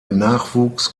nachwuchs